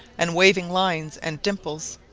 and waving lines and dimples.